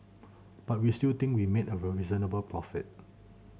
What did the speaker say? but we still think we made a reasonable profit